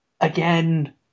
again